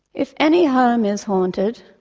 if any home is haunted,